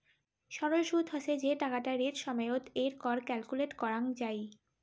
সরল সুদ হসে যে টাকাটা রেট সময়ত এর কর ক্যালকুলেট করাঙ যাই